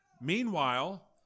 Meanwhile